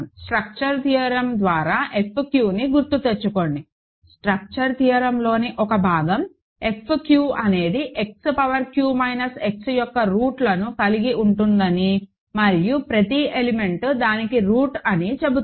structure theorem ద్వారా Fqని గుర్తుతెచ్చుకోండి స్ట్రక్చర్ థియోరంలోని ఒక భాగం F q అనేది X power q minus X యొక్క రూట్ లను కలిగి ఉంటుందని మరియు ప్రతి ఎలిమెంట్ దానికి రూట్ అని చెబుతుంది